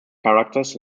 characters